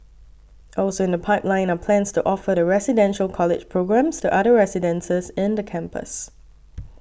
also in the pipeline are plans to offer the Residential College programmes to other residences in the campus